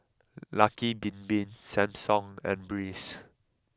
Lucky Bin Bin Samsung and Breeze